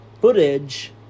footage